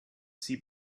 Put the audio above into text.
see